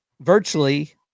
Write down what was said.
virtually